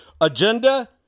agenda